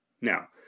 Now